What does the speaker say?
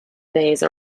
phase